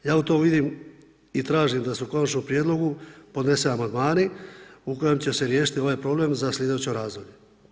Ja u tom vidim i tražim da se u Konačnom prijedlogu podnesu amandmani u kojem će se riješiti ovaj problem za sljedeće razdoblje.